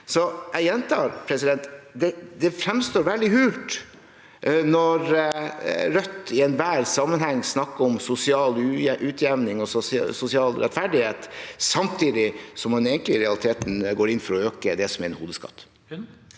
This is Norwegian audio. Jeg gjentar: Det fremstår veldig hult når Rødt i enhver sammenheng snakker om sosial utjevning og sosial rettferdighet, samtidig som man egentlig i realiteten går inn for å øke det som er en hodeskatt.